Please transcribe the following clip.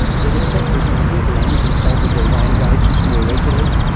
yet if settlers in the hinterland consulted their rain gauges more regularly,